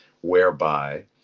whereby